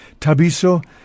Tabiso